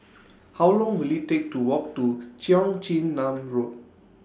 How Long Will IT Take to Walk to Cheong Chin Nam Road